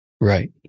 Right